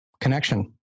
connection